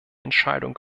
entscheidung